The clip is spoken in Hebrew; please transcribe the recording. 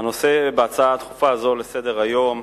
הנושא בהצעה הדחופה הזו לסדר-היום,